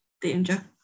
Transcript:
danger